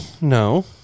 No